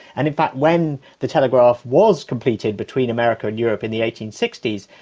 and in fact when the telegraph was completed between america and europe in the eighteen sixty s,